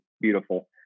beautiful